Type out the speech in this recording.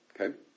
okay